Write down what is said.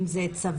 אם זה צבא,